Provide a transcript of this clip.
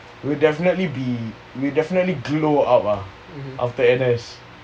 will definitely be will definitely glow up lah after N_S